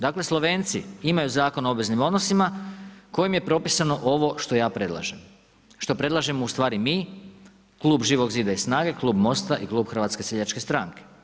Dakle Slovenci imaju Zakon o obveznim odnosima kojim je propisano ovo što ja predlažem, što predlažemo ustvari mi, Klub Živog zida i SNAGA-e, Klub MOST-a i Klub HSS-a.